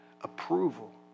approval